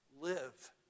live